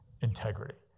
integrity